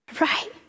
right